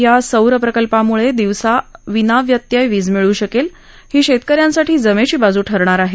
या सौर प्रकल्पामुळे दिवसा विना व्यत्यय वीज मिळू शकेल ही शेतकऱ्यांसाठी जमेची बाजू ठरणार आहे